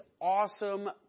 awesome